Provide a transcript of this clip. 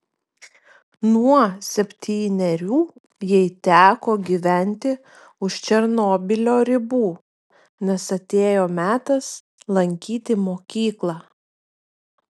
nuo septynerių jai teko gyventi už černobylio ribų nes atėjo metas lankyti mokyklą